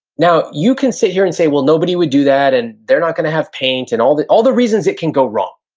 now, you can sit here and say, well, nobody would do that, and they're not gonna have paint and, all the all the reasons it can go wrong.